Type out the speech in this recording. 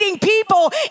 people